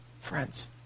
Friends